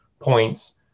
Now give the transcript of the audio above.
points